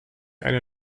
eine